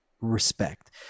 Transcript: respect